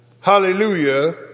hallelujah